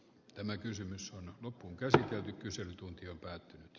tämä kysymys on loppukesällä ja kyselytunti on päättynyt j